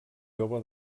jove